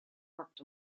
worked